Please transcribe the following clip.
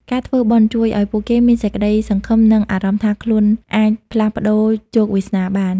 ការធ្វើបុណ្យ ជួយឱ្យពួកគេមានសេចក្ដីសង្ឃឹម និងអារម្មណ៍ថាខ្លួនអាចផ្លាស់ប្ដូរជោគវាសនាបាន។